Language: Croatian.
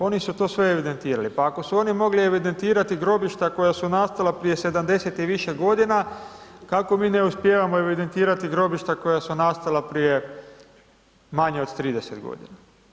Oni su to sve evidentirali, pa ako su oni mogli evidentirati grobišta koja su nastala prije 70 i više godina, kako mi ne uspijevamo evidentirati grobišta koja su nastala prije manje od 30.g.